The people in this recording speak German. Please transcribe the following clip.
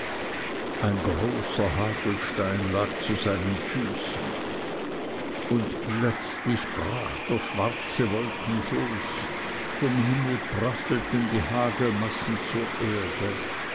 ein großer hagelstein lag zu seinen füßen und plötzlich brach der schwarze wolkenschoß vom himmel prasselten die hagelmassen zur erde